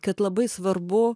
kad labai svarbu